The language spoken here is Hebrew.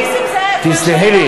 נסים זאב,